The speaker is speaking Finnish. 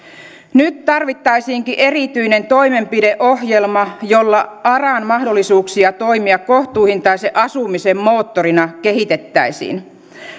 nyt tarvittaisiinkin erityinen toimenpideohjelma jolla aran mahdollisuuksia toimia kohtuuhintaisen asumisen moottorina kehitettäisiin